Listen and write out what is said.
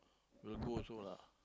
will go also lah